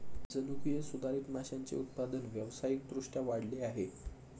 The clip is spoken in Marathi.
जनुकीय सुधारित माशांचे उत्पादन व्यावसायिक दृष्ट्या वाढले आहे